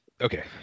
Okay